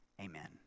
Amen